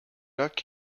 lac